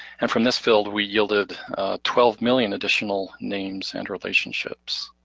and from this filed we yielded twelve million additional names and relationships,